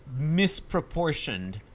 misproportioned